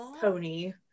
pony